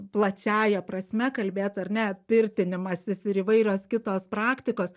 plačiąja prasme kalbėt ar ne pirtinimasis ir įvairios kitos praktikos